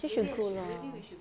you should go lah